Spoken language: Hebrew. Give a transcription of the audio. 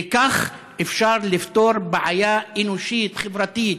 וכך אפשר לפתור בעיה אנושית, חברתית,